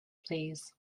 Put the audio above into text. please